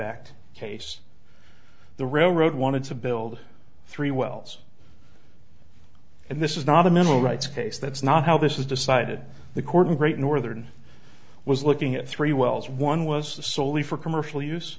act case the railroad wanted to build three wells and this is not a mineral rights case that's not how this is decided the court in great northern was looking at three wells one was the solely for commercial use